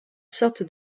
sorte